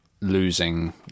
losing